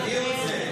אני רוצה.